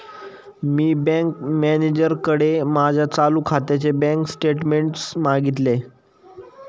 मी bank मॅनेजरकडे माझ्या चालू खात्याचे बँक स्टेटमेंट्स मागितले